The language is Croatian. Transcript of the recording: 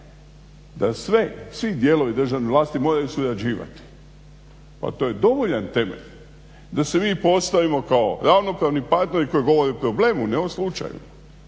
da svi dijelovi državne vlasti moraju surađivati, a to je dovoljan temelj da se mi postavimo kao ravnopravni partner koji govori o problemu ne o slučaju,